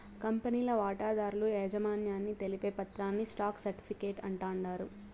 కంపెనీల వాటాదారుల యాజమాన్యాన్ని తెలిపే పత్రాని స్టాక్ సర్టిఫీకేట్ అంటాండారు